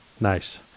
Nice